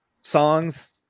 Songs